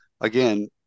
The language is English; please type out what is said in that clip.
again